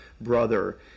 brother